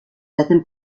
hacen